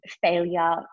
failure